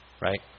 right